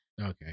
okay